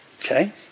Okay